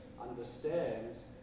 understands